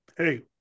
Hey